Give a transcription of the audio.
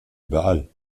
überall